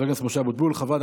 תוצאות